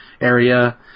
area